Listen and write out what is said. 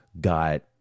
got